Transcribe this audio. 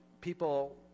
people